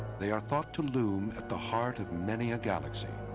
they are thought to loom at the heart of many a galaxy,